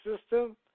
system